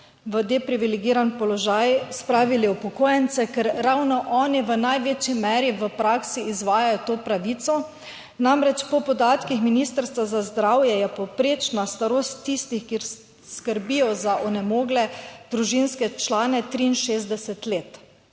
v deprivilegiran položaj spravili upokojence, ker ravno oni v največji meri v praksi izvajajo to pravico. Namreč, po podatkih Ministrstva za zdravje je povprečna starost tistih, ki skrbijo za onemogle družinske člane, 63 let.